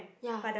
ya